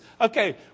Okay